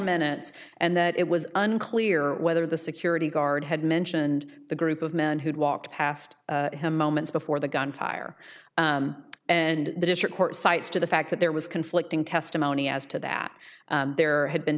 minutes and that it was unclear whether the security guard had mentioned the group of men who'd walked past him moments before the gunfire and the district court cites to the fact that there was conflicting testimony as to that there had been